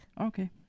Okay